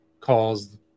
calls